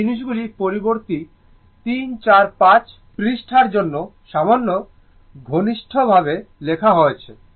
এই নোটগুলি পরবর্তী 3 4 5 পৃষ্ঠার জন্য সামান্য ঘনিষ্ঠ ভাবে লেখা হয়েছে